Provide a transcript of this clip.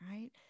Right